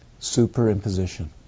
Superimposition